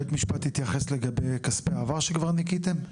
בית משפט התייחס לגבי כספי עבר שכבר ניכיתם?